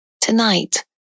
Tonight